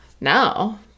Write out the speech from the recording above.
no